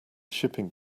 shipping